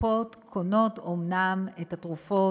אומנם הקופות